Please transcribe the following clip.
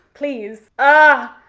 please. ah,